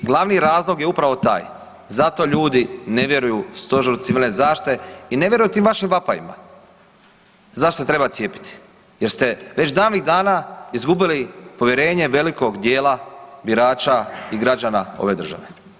I glavni razlog je upravo taj, zato ljudi ne vjeruju Stožeru civilne zaštite i ne vjeruju tim vašim vapajima zašto se treba cijepiti jer ste već davnih dana izgubili povjerenje velikog djela birača i građana ove države.